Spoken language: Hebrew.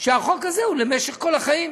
שהחוק הזה הוא למשך כל החיים,